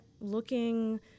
looking